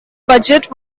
budget